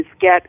get